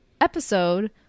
episode